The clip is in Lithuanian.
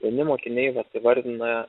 vieni mokiniai vat įvardina